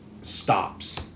stops